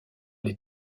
les